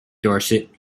dorset